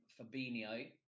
fabinho